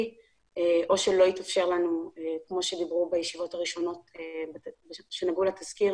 או שלא התאפשר לנו - כמו שדיברו בישיבות הראשונות שנגעו לתזכיר